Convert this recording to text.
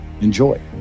Enjoy